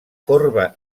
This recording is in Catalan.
corba